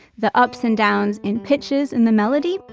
the ups and downs in pitches in the melody.